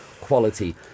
quality-